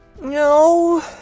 No